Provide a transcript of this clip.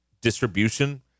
distribution